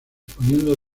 poniendo